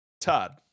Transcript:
todd